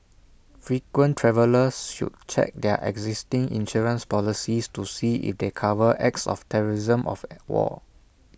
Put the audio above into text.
frequent travellers should check their existing insurance policies to see if they cover acts of terrorism of at war